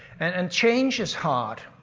and and change is hard.